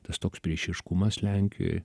tas toks priešiškumas lenkijoj